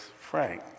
frank